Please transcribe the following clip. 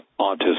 autism